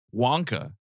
Wonka